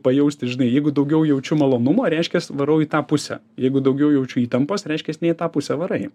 pajausti žinai jeigu daugiau jaučiu malonumą reiškias varau į tą pusę jeigu daugiau jaučiu įtampos reiškiasi ne į tą pusę varai